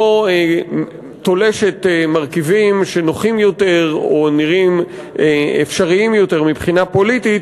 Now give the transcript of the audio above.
לא תולשת מרכיבים שנוחים יותר או שנראים אפשריים יותר מבחינה פוליטית